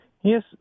Yes